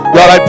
God